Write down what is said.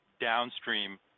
downstream